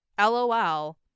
LOL